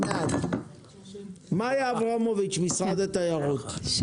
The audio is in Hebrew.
מאיה אברמוביץ ממשרד התיירות, בבקשה.